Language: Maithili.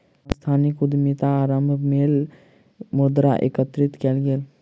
सांस्थानिक उद्यमिता आरम्भक लेल मुद्रा एकत्रित कएल गेल